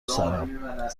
سرم